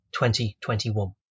2021